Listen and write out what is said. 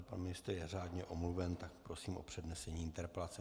Pan ministr je řádně omluven, tak prosím o přednesení interpelace.